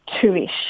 two-ish